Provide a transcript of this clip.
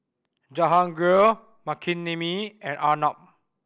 Jahangir Makineni and Arnab